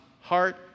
heart